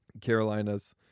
Carolinas